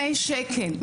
כן,